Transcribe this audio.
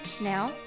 Now